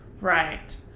Right